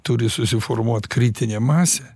turi susiformuot kritinė masė